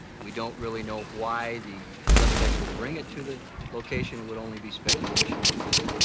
we don't really know why the suspects would bring it to the location. it would only be speculation on why.